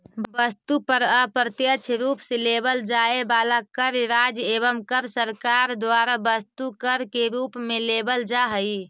वस्तु पर अप्रत्यक्ष रूप से लेवल जाए वाला कर राज्य एवं केंद्र सरकार द्वारा वस्तु कर के रूप में लेवल जा हई